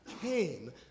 came